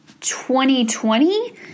2020